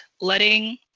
letting